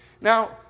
Now